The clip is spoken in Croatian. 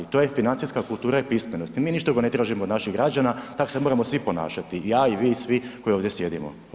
To je financijska kultura i pismenost i mi ništa drugo ne tražimo od naših građana, tako se moramo svi ponašati, i ja i vi i svi koji ovdje sjedimo.